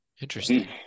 Interesting